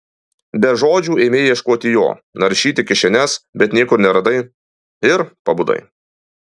be žodžių ėmei ieškoti jo naršyti kišenes bet niekur neradai ir pabudai